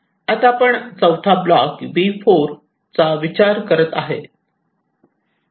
आता आपण चौथा ब्लॉक B4 चा विचार करत आहोत